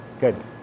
Good